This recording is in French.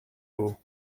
haut